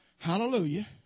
Hallelujah